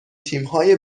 تیمهای